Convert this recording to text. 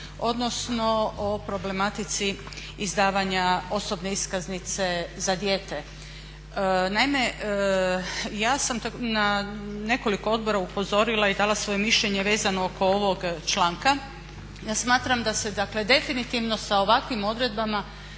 10.odnosno o problematici izdavanja osobne iskaznice za dijete. Naime, ja sam na nekoliko odbora upozorila i dala svoje mišljenje vezano oko ovog članka. Ja smatram da se definitivno sa ovakvim odredbama